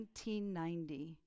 1990